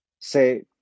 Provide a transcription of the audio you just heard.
say